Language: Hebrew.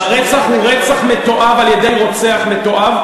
הוא רצח מתועב על-ידי רוצח מתועב,